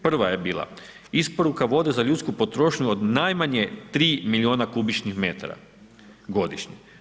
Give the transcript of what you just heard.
Prva je bila, isporuka vode za ljudsku potrošnju od najmanje 3 milijuna kubičnih metara godišnje.